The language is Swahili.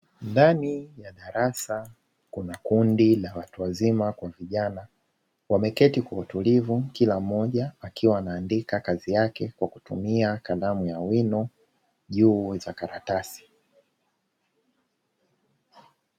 Ndani ya darasa, kuna kundi la watu wazima na vijana wameketi kwa utulivu, kila mmoja akiwa anaandika kazi yake kwa kutumia kalamu ya wino juu ya karatasi.